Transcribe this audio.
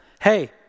hey